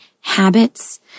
habits